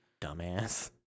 dumbass